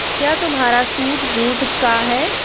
क्या तुम्हारा suit jute का है?